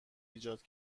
ایجاد